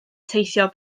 teithio